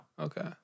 Okay